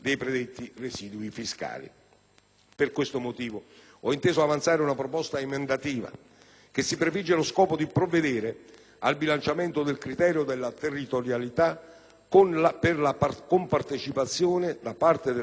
Per questo motivo ho inteso avanzare una proposta emendativa che si prefigge lo scopo di provvedere al bilanciamento del criterio della territorialità per la compartecipazione da parte delle Regioni ai tributi erariali